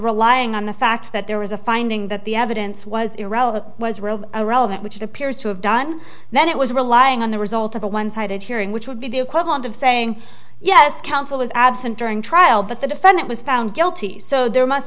relying on the fact that there was a finding that the evidence was irrelevant was relevant which it appears to have done then it was relying on the result of a one sided hearing which would be the equivalent of saying yes counsel is absent during trial that the defendant was found guilty so there must